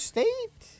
State